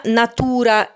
natura